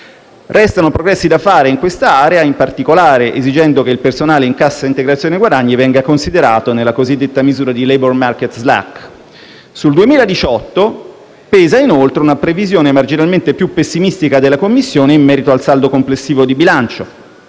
Restano dei progressi da fare in questa area, in particolare esigendo che il personale in cassa integrazione guadagni venga considerato nella cosiddetta misura di *labour market slack*. Sul 2018 pesa inoltre una previsione marginalmente più pessimistica della Commissione in merito al saldo complessivo di bilancio